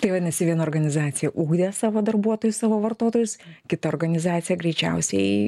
tai vadinasi viena organizacija ugdė savo darbuotojus savo vartotojus kita organizacija greičiausiai